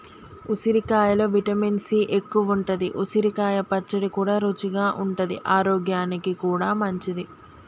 ఉసిరికాయలో vitamin C ఎక్కువుంటది, ఉసిరికాయ పచ్చడి కూడా రుచిగా ఉంటది ఆరోగ్యానికి కూడా మంచిది